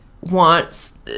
wants